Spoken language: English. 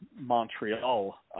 Montreal